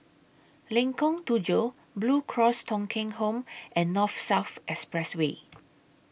Lengkong Tujuh Blue Cross Thong Kheng Home and North South Expressway